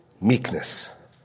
Meekness